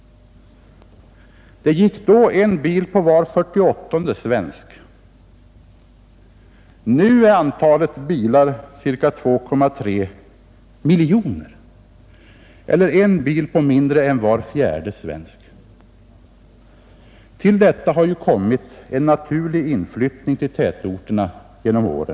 Det gick då en bil på var 65:e svensk. Nu är antalet bilar ca 2,3 miljoner eller en bil på mindre än var fjärde svensk. Till detta har kommit en naturlig utflyttning till tätorterna genom åren.